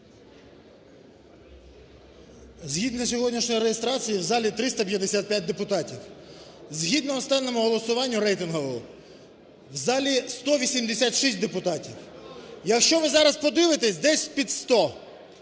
Згідно сьогоднішньої реєстрації в залі 355 депутатів. Згідно останньому голосуванню рейтинговому в залі 186 депутатів. Якщо ви зараз подивитесь, десь під сто.